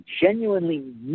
genuinely